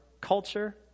culture